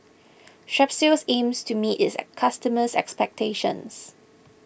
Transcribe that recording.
Strepsils aims to meet its customers' expectations